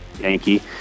Yankee